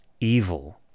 evil